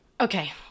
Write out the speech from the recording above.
Okay